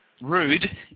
rude